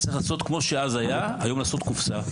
צריך לעשות כמו שהיה אז, היום לעשות קופסה.